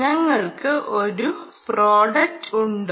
ഞങ്ങൾക്ക് ഒരു പ്രോഡക്റ്റ് ഉണ്ടോ